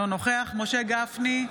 אינו נוכח משה גפני,